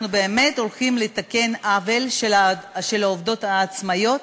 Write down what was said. אנחנו באמת הולכים לתקן עוול שנעשה לעובדות עצמאיות,